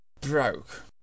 Broke